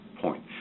point